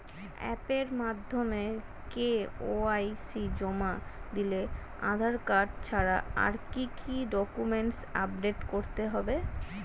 অ্যাপের মাধ্যমে কে.ওয়াই.সি জমা দিলে আধার কার্ড ছাড়া আর কি কি ডকুমেন্টস আপলোড করতে হবে?